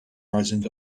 rising